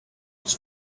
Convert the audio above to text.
was